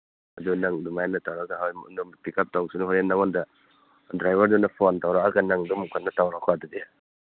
ꯑꯗꯨ ꯅꯪ ꯑꯗꯨꯃꯥꯏꯅ ꯇꯧꯔꯒ ꯍꯣꯏ ꯑꯗꯨꯝ ꯄꯤꯀꯞ ꯇꯧꯁꯅꯨ ꯍꯣꯔꯦꯟ ꯅꯉꯣꯟꯗ ꯗ꯭ꯔꯥꯏꯚꯔꯗꯨꯅ ꯐꯣꯟ ꯇꯧꯔꯛꯑꯒ ꯅꯪ ꯑꯗꯨꯝ ꯀꯩꯅꯣ ꯇꯧꯔꯣꯀꯣ ꯑꯗꯨꯗꯤ